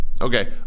Okay